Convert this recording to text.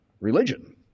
religion